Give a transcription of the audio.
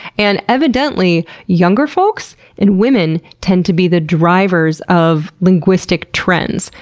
and evidently, younger folks and women tend to be the drivers of linguistic trends.